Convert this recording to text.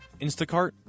Instacart